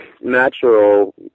natural